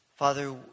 Father